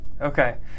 Okay